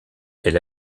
elle